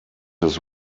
his